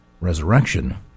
resurrection